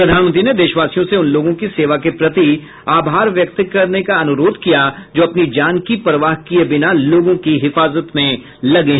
प्रधानमंत्री ने देशवासियों से उन लोगों की सेवा के प्रति आभार व्यक्त करने का अनुरोध किया जो अपनी जान की परवाह किए बिना लोगों की हिफाजत में लगे हैं